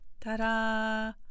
ta-da